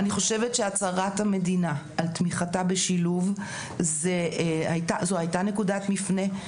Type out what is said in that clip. אני חושבת שהצהרת המדינה על תמיכתה בשילוב זו הייתה נקודת מפנה,